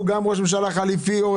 את זה אני אשאל כשנדבר על הפנייה עצמה.